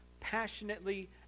passionately